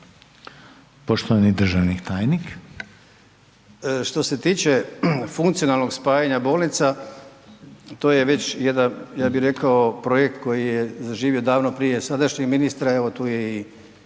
Poštovana državna tajnice,